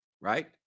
right